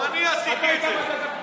גם אני עשיתי את זה.